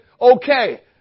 Okay